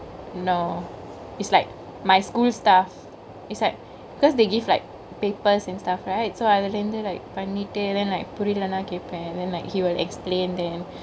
no it's like my school stuff it's like because they give like papers and stuff right so அதுலிருந்து:athulirunthu like பன்னிட்டு:pannitu and then like புரிலனா கேப்பெ:purilanaa keppe and then like he will explain them